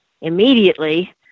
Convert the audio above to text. immediately